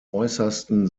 äußersten